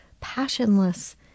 passionless